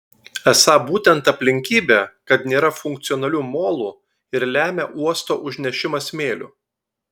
esą būtent aplinkybė kad nėra funkcionalių molų ir lemia uosto užnešimą smėliu